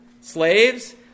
slaves